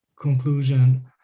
conclusion